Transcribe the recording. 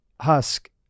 husk